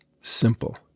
simple